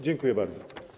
Dziękuję bardzo.